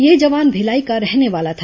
यह जवान भिलाई का रहने वाला था